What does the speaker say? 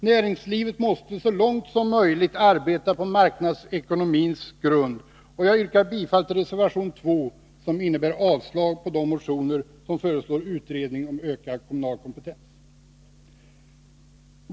Näringslivet måste så långt som möjligt arbeta på marknadsekonomins grund. Jag yrkar bifall till reservation 2, som innebär avslag på de motioner som föreslår en utredning om ökad kommunal kompetens.